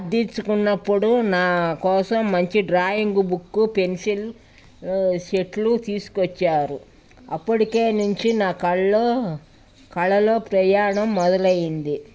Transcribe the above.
అద్దిచ్చుకున్నప్పుడు నా కోసం మంచి డ్రాయింగ్ బుక్కు పెన్సిల్ సెట్లు తీసుకొచ్చారు అప్పటికే నుంచి నా కళ్ళ కళలో ప్రయాణం మొదలైంది